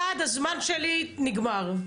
הזמן שלי נגמר.